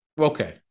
Okay